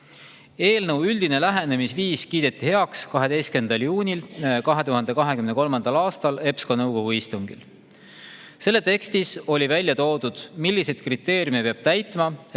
Eelnõu üldine lähenemisviis kiideti heaks 12. juunil 2023. aastal EPSCO nõukogu istungil. Selle tekstis oli välja toodud, millised kriteeriumid peavad